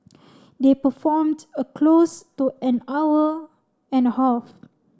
they performed a close to an hour and a half